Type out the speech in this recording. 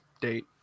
date